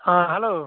হাঁ হ্যালো